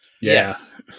Yes